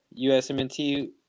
USMNT